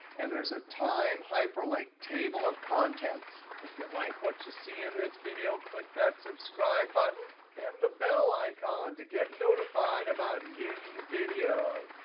and there's a time hyperlink table of contents. if you like what you see in this video, click that subscribe button and the bell icon to get notified about new video.